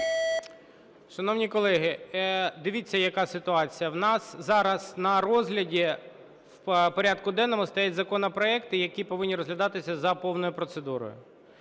Шановні колеги, дивіться яка ситуація. В нас зараз на розгляді в порядку денному стоять законопроекти, які повинні розглядатися за повною процедурою.